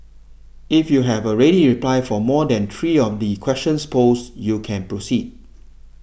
if you have a ready reply for more than three of the questions posed you can proceed